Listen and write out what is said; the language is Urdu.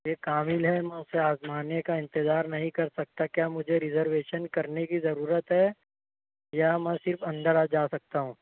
یہ قابل ہے میں اُسے آزمانے کا انتظار نہیں کر سکتا کیا مجھے ریزرویشن کرنے کی ضرورت ہے یا میں صرف اندر آ جا سکتا ہوں